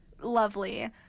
Lovely